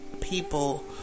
people